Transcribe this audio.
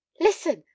Listen